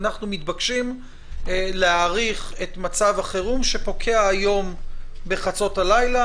אנחנו מתבקשים להאריך את מצב החירום שפוקע היום בחצות הלילה.